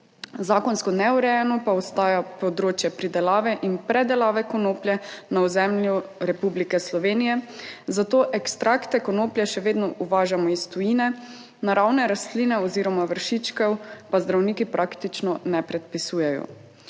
Zakonsko neurejeno pa ostaja področje pridelave in predelave konoplje na ozemlju Republike Slovenije, zato ekstrakte konoplje še vedno uvažamo iz tujine, naravne rastline oziroma vršičkov pa zdravniki praktično ne predpisujejo.